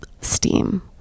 steam